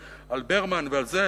על "ברמן" ועל זה,